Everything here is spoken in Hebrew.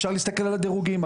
אפשר להסתכל על הדירוגים.